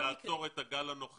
המטרה כרגע היא לעצור את הגל הנוכחי